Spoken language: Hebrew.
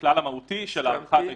הכלל המהותי של הארכת ההתיישנות.